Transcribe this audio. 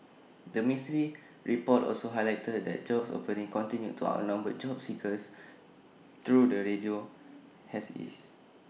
the ministry's report also highlighted that job openings continued to outnumber job seekers though the ratio has eased